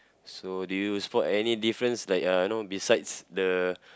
so do you spot any difference like uh know besides the